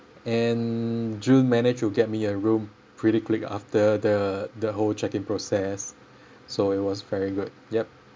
and june managed to get me a room pretty quick after the the whole check-in process so it was very good yup